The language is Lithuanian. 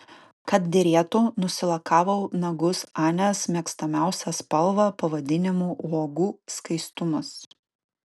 kad derėtų nusilakavau nagus anės mėgstamiausia spalva pavadinimu uogų skaistumas